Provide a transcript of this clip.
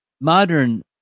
modern